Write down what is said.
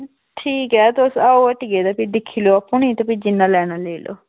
ठीक ऐ तुस आओ हट्टियै गी ते दिक्खी लैओ नी ते जिन्ना लैना लेई लैओ